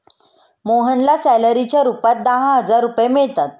मोहनला सॅलरीच्या रूपात दहा हजार रुपये मिळतात